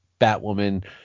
Batwoman